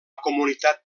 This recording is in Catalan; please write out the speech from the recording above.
comunitat